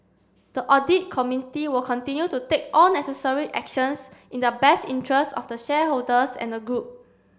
the audit committee will continue to take all necessary actions in the best interest of the shareholders and the group